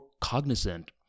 cognizant